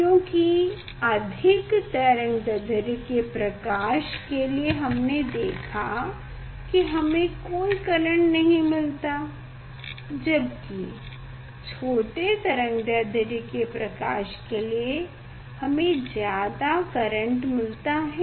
क्योकि अधिक तरंगदैढ्र्य के प्रकाश के लिए हमने देखा की हमे कोई करेंट नहीं मिलता जबकि छोटे तरंगदैढ्र्य के प्रकाश के लिए हमें ज्यादा करेंट मिलता है